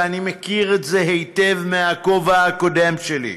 ואני מכיר את זה היטב מהכובע הקודם שלי,